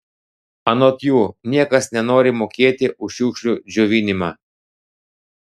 anot jų niekas nenori mokėti už šiukšlių džiovinimą